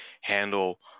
handle